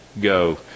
go